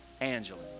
Angela